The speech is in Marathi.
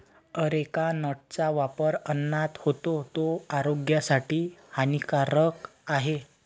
अरेका नटचा वापर अन्नात होतो, तो आरोग्यासाठी हानिकारक आहे